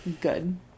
good